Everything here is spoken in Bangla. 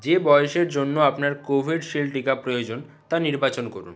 যে বয়সের জন্য আপনার কোভিশিল্ড টিকা প্রয়োজন তা নির্বাচন করুন